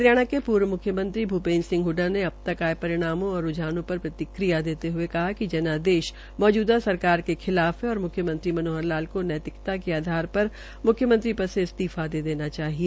हरियाणा के पूर्व मुख्यमंत्री भूपेन्द्र सिंह हडडा ने अबतक आये परिणामों और रूझानों पर प्रतिक्रिया देते हये कहा है कि जनादेश मौजदा सरकार के खिलाफ और म्ख्यमंत्री मनोहर लाल को नैतिकता के आधार पर मुख्यमंत्री पद से इस्तीफा दे देना चाहिए